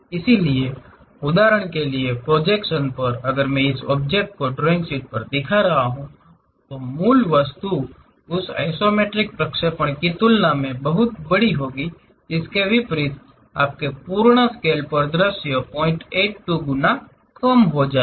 इसलिए उदाहरण के लिए प्रोजेक्शन पर अगर मैं इस ऑब्जेक्ट को ड्राइंग शीट पर देख रहा हूं मूल वस्तु उस आइसोमेट्रिक प्रक्षेपण की तुलना में बहुत बड़ी होगी इसके विपरीत आपके पूर्ण स्केल पर दृश्य 082 गुना कम हो जाएगा